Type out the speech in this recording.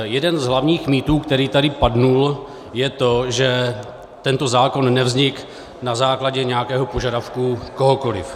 Jeden z hlavních mýtů, který tady padl, je to, že tento zákon nevznikl na základě nějakého požadavku kohokoliv.